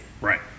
Right